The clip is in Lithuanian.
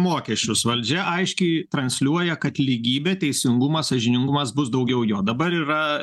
mokesčius valdžia aiškiai transliuoja kad lygybė teisingumas sąžiningumas bus daugiau jo dabar yra